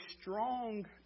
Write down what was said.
strong